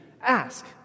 Ask